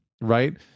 right